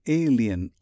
alien